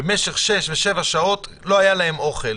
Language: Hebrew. ובמשך שש ושבע שעות לא היה להם אוכל,